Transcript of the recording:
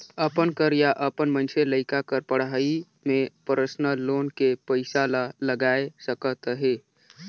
अपन कर या अपन मइनसे लइका कर पढ़ई में परसनल लोन के पइसा ला लगाए सकत अहे